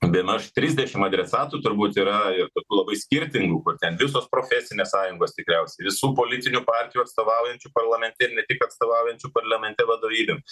bemaž trisdešimt adresatų turbūt yra ir tokių labai skirtingų kur ten visos profesinės sąjungos tikriausiai visų politinių partijų atstovaujančių parlamente ir ne tik atstovaujančių parlamente vadovybėm